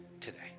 today